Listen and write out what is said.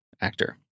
actor